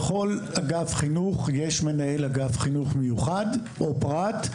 בכל אגף חינוך יש מנהל אגף חינוך מיוחד או פרט.